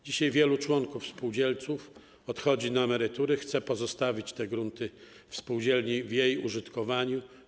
Dzisiaj wielu członków spółdzielni odchodzi na emeryturę i chce pozostawić te grunty w spółdzielni, w jej użytkowaniu.